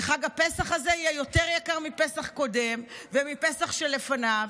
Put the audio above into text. וחג הפסח הזה יהיה יותר יקר מפסח קודם ומפסח שלפניו,